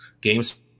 games –